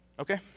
Okay